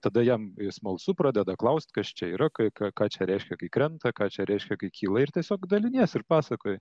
tada jam smalsu pradeda klaust kas čia yra ką ką ką čia reiškia kai krenta ką čia reiškia kai kyla ir tiesiog dalinies ir pasakoji